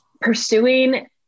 pursuing